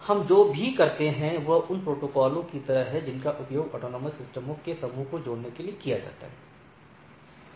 हम जो कुछ भी करते हैं वह उन प्रोटोकॉलों की तरह है जिनका उपयोग ऑटॉनमस सिस्टमों के एक समूह को जोड़ने के लिए किया जाता है